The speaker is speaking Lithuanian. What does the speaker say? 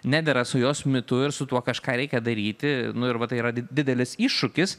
nedera su jos mitu ir su tuo kažką reikia daryti nu ir va tai yra didelis iššūkis